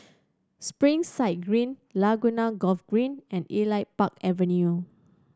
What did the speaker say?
Springside Green Laguna Golf Green and Elite Park Avenue